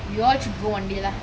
we all should go one day lah